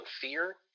fear